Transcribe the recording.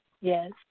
Yes